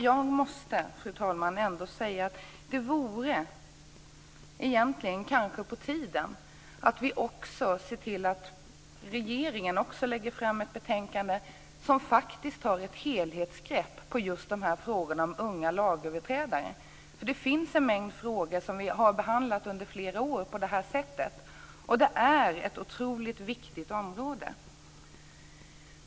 Jag måste, fru talman, säga att det egentligen kanske vore på tiden att se till att regeringen också lägger fram ett betänkande där det tas ett helhetsgrepp om just frågorna om unga lagöverträdare. Det finns ju en mängd frågor som vi i flera år har behandlat på det här sättet och detta är ett otroligt viktigt område.